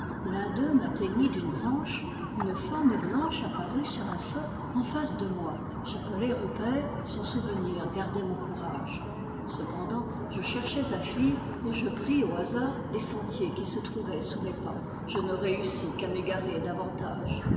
l'un d'eux m'atteignit d'une branche une forme blanche apparut sur un socle en face de moi j'appelai rupert son souvenir gardait mon courage cependant je cherchais à fuir et je pris au hasard les sentiers qui se trouvaient sous mes pas je ne réussis qu'à m'égarer davantage